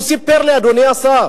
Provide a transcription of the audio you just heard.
הוא סיפר לי, אדוני השר: